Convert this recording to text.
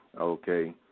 Okay